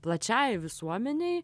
plačiajai visuomenei